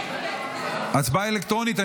בהצבעה אלקטרונית.